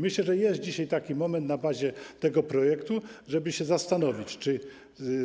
Myślę, że jest dzisiaj taki moment na bazie tego projektu, żeby się zastanowić, czy jeśli